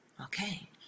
Okay